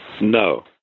No